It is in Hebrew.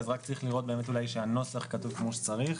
רק צריך לראות שהנוסח כתוב כמו שצריך,